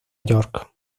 york